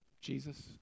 Jesus